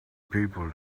people